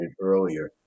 earlier